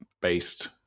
based